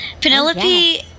Penelope